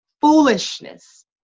foolishness